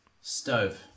Stove